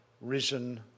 risen